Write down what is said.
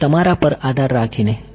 તેથી તમારા પર આધાર રાખીને